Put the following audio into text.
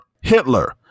Hitler